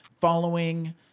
following –